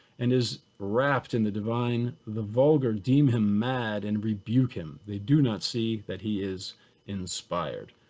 and is wrapped in the divine, the vulgar deem him mad and rebuke him. they do not see that he is inspired.